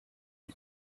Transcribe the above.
you